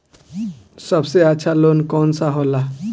सबसे अच्छा लोन कौन सा होला?